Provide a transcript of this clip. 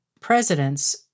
presidents